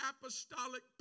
apostolic